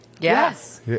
Yes